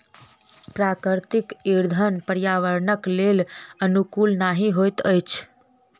प्राकृतिक इंधन पर्यावरणक लेल अनुकूल नहि होइत अछि